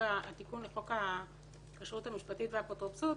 התיקון לחוק הכשרות המשפטית והאפוטרופסות,